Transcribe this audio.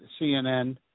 CNN